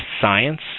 science